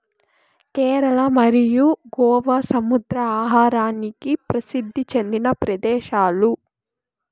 కేరళ మరియు గోవా సముద్ర ఆహారానికి ప్రసిద్ది చెందిన ప్రదేశాలు